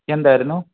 എന്തായിരുന്നു